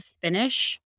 finish